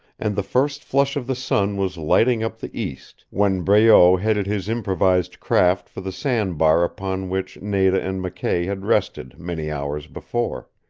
and the first flush of the sun was lighting up the east when breault headed his improvised craft for the sandbar upon which nada and mckay had rested many hours before.